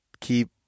keep